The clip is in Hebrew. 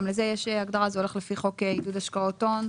גם לזה יש הגדרה זה הולך לפי חוק עידוד השקעות הון,